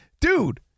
Dude